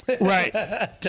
Right